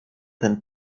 ten